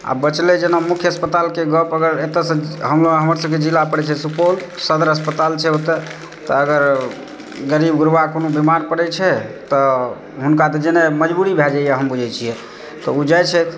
आ बचलै जेना मुख्य अस्पतालके गप अगर एतऽसँ हमर सबकेँ जिला पड़ै छै सुपौल सदर अस्पताल छै ओतऽ तऽ अगर गरीब गुरबा कोनो बीमार पड़ै छै तऽ हुनका तऽ जेनाय मजबूरी भए जाय यऽ हम बुझै छियै तऽ ओ जाइत छथि